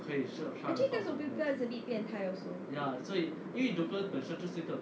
actually joker 是一个变态 also